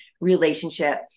relationship